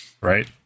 Right